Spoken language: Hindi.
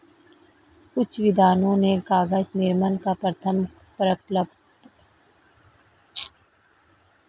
कुछ विद्वानों ने कागज निर्माण का प्रथम प्रकल्प चीन देश में माना है